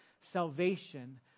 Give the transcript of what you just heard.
salvation